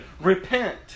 repent